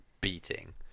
beating